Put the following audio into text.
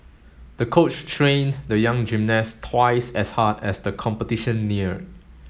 the coach trained the young gymnast twice as hard as the competition neared